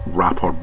rapper